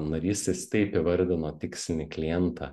narys jis taip įvardino tikslinį klientą